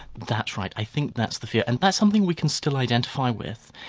that's right. i think that's the fear. and that's something we can still identify with.